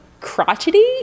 crotchety